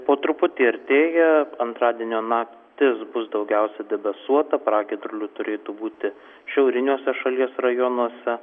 po truputį artėja antradienio naktis bus daugiausia debesuota pragiedrulių turėtų būti šiauriniuose šalies rajonuose